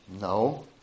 no